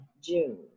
June